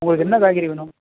உங்களுக்கு என்ன காய்கறி வேணும்